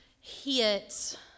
hit